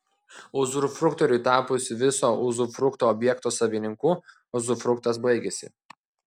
uzufruktoriui tapus viso uzufrukto objekto savininku uzufruktas baigiasi